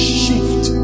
shift